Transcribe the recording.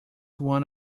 one